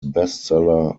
bestseller